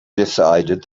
decided